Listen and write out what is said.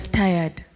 tired